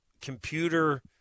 computer